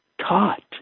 taught